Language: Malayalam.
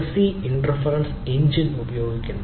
ഫസ്സി ഇന്ഫെറെൻസ് എഞ്ചിൻ ഉപയോഗിക്കുന്നു